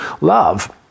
love